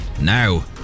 now